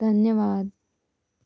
धन्यवाद